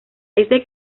este